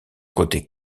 côté